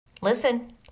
listen